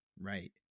right